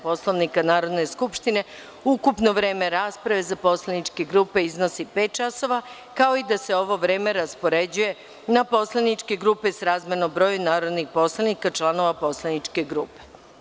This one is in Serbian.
Poslovnika Narodne skupštine, ukupno vreme rasprave za poslaničke grupe iznosi pet časova, kao i da se ovo vreme raspoređuje na poslaničke grupe srazmerno broju narodnih poslanika članova poslaničke grupe.